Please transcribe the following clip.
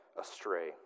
astray